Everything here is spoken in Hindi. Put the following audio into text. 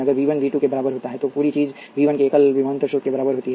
अगर वी 1 वी 2 के बराबर होता है तो पूरी चीज वी 1 के एकल विभवांतर स्रोत के बराबर होती है